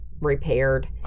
repaired